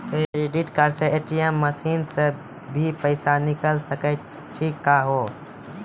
Credit card से ATM machine से भी पैसा निकल सकै छि का हो?